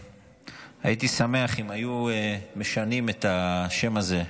הייתי שמח אם היו משנים את השם הזה.